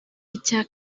icya